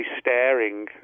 staring